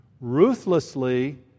ruthlessly